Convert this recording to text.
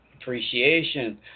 appreciation